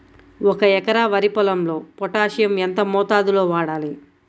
ఒక ఎకరా వరి పొలంలో పోటాషియం ఎంత మోతాదులో వాడాలి?